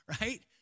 Right